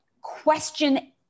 question